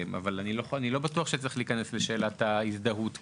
אני לא בטוח שצריך להיכנס לשאלת ההזדהות כאן,